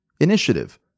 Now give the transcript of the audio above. initiative